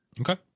Okay